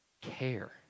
care